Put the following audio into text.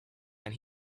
and